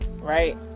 right